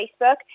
Facebook